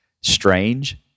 strange